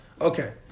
Okay